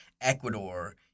Ecuador